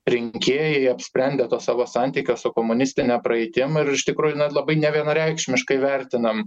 rinkėjai apsprendę to savo santykio su komunistine praeitim ir iš tikrųjų na labai nevienareikšmiškai vertinam